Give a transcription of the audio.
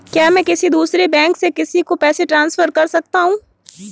क्या मैं किसी दूसरे बैंक से किसी को पैसे ट्रांसफर कर सकता हूं?